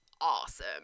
awesome